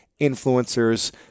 influencers